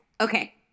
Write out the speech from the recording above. okay